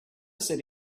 said